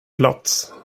plats